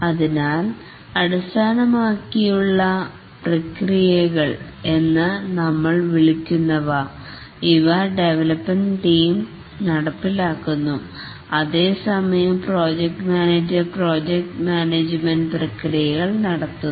അതിനാൽ അടിസ്ഥാനമാക്കിയുള്ള പ്രക്രിയകൾ കൾ എന്ന നമ്മൾ വിളിക്കുന്നുവ ഇവ ഡെവലപ്മെൻറ് ടീം നടപ്പിലാക്കുന്നു അതേസമയം പ്രോജക്റ്റ് മാനേജർ പ്രോജക്റ്റ് മാനേജ്മെൻറ്പ്രക്രിയകൾ നടത്തുന്നു